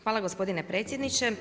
Hvala gospodine predsjedniče.